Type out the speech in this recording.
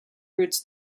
roots